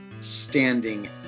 standing